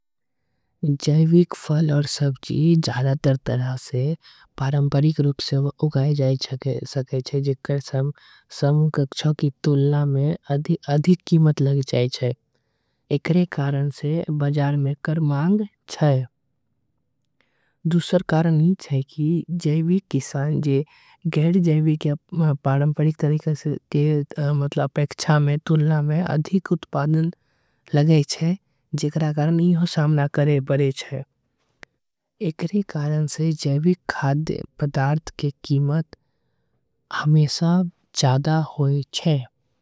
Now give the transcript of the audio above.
जैविक फल आऊर सब्जी पारंपरिक रूप से। उगाई जा सके छे दूसरा सब्जी के तुलना में। अधिक कीमत लगे जाई छे एकरे कारण से। बाजार में एकर मांग छे गैर जैविक जैविक के। तुलना में अधिक उत्पादन आवे छे एकरे कारण। से जैविक पदार्थ के मांग बाजार में अधिक लगे जाई छे।